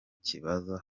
kibazo